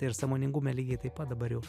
ir sąmoningume lygiai taip pat dabar jau